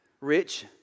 rich